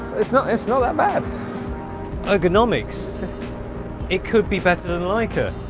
it's not it's not that bad ergonomics it could be better than like her.